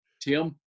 Tim